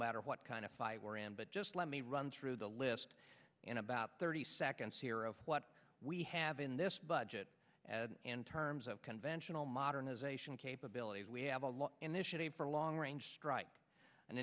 matter what kind of fire we're in but just let me run through the list in about thirty seconds here of what we have in this budget in terms of conventional modernization capabilities we have a lot initiative for long range strike an